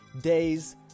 Days